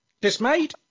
Dismayed